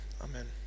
Amen